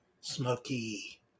smoky